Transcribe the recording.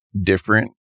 different